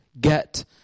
Get